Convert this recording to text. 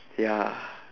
ya